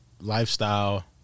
Lifestyle